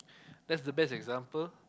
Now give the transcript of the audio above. that's the best example